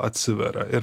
atsiveria ir